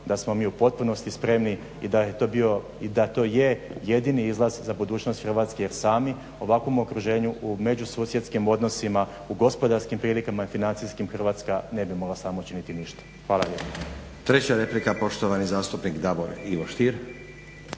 da smo mi u potpunosti spremni i da to je jedini izlaz za budućnost Hrvatske. Sami u ovakvom okruženju u međususjedskim odnosima, u gospodarskim prilikama i financijskim Hrvatska ne bi mogla sama učiniti ništa. Hvala